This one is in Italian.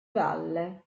valle